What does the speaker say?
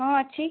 ହଁ ଅଛି